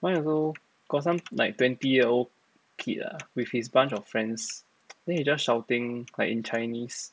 mine also got some like twenty year old kid ah with his bunch of friends then he just shouting like in chinese